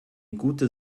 gute